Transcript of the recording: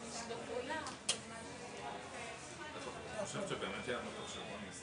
כמוני, יכול להיות שלא הבנתי עד הסוף.